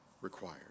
required